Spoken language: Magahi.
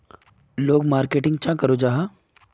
लोग मार्केटिंग चाँ करो जाहा?